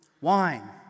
wine